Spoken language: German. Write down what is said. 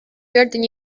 werden